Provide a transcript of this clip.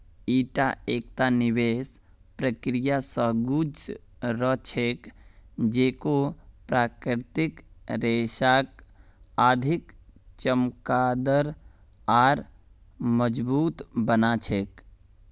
ईटा एकता विशेष प्रक्रिया स गुज र छेक जेको प्राकृतिक रेशाक अधिक चमकदार आर मजबूत बना छेक